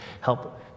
help